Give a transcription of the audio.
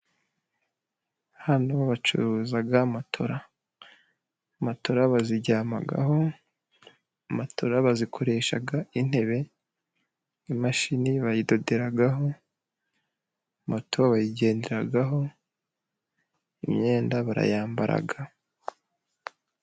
Hano bacuruza matora, matora bazijyanamaho, matora bazikoresha intebe, imashini bayidoderaho, moto bayigenderaho, imyenda barayambara.